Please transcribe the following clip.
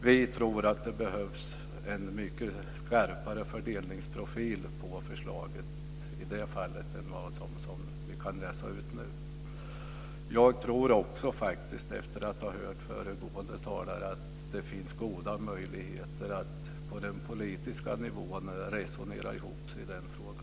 Vi tror att det behövs en skarpare fördelningsprofil på förslaget än vad som kan läsas ut nu. Efter att ha hört föregående talare tror jag att det finns goda möjligheter att på den politiska nivån resonera ihop sig i den frågan.